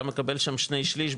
אתה מקבל שם שני שליש,